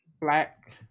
Black